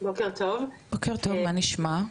בוקר טוב אפרת, מה נשמע?